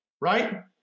right